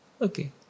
Okay